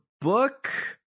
book